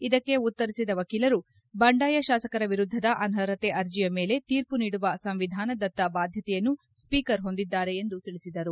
ಇದಕ್ಕೆ ಉತ್ತರಿಸಿದ ವಕೀಲರು ಬಂಡಾಯ ಶಾಸಕರ ವಿರುದ್ದದ ಅನರ್ಹತೆ ಅರ್ಜಿಯ ಮೇಲೆ ತೀರ್ಮ ನೀಡುವ ಸಂವಿಧಾನದತ್ತ ಬಾಧ್ಯತೆಯನ್ನು ಸ್ಪೀಕರ್ ಹೊಂದಿದ್ದಾರೆ ಎಂದು ತಿಳಿಸಿದರು